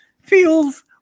feels